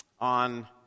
on